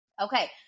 Okay